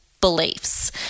beliefs